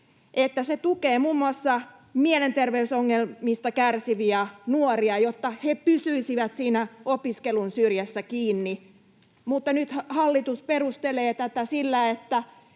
se tukee muun muassa mielenterveysongelmista kärsiviä nuoria, jotta he pysyisivät siinä opiskelun syrjässä kiinni, niin nyt hallitus perustelee tätä sillä,